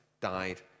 died